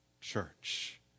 church